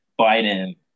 Biden